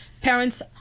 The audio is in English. parents